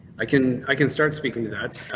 i can i can start speaking to that.